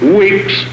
weeks